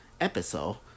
episode